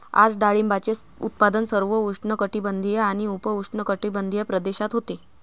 आज डाळिंबाचे उत्पादन सर्व उष्णकटिबंधीय आणि उपउष्णकटिबंधीय प्रदेशात होते